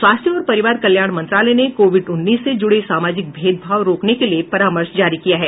स्वास्थ्य और परिवार कल्याण मंत्रालय ने कोविड उन्नीस से जुड़े सामाजिक भेदभाव रोकने के लिए परामर्श जारी किया है